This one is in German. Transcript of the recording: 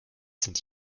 sind